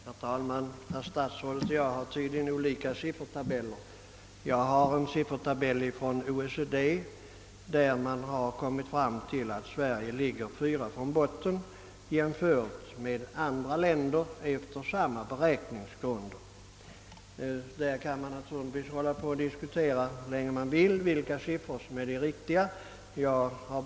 Herr talman! Statsrådet och jag har tydligen olika siffertabeller. Jag har en siffertabell från OECD, enligt vilken Sverige ligger fyra från botten jämfört med andra länder efter samma beräkningsgrunder. Härvidlag kan man således diskutera hur länge som helst vilka siffror som är riktiga.